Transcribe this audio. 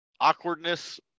awkwardness